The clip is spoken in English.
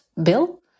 bill